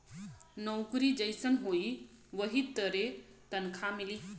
नउकरी जइसन होई वही तरे तनखा मिली